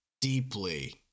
deeply